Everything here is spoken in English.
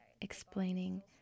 explaining